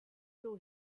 still